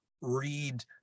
read